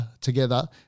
together